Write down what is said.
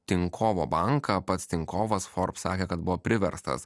tinkovo banką pats tinkovas forbes sakė kad buvo priverstas